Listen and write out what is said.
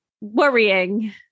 worrying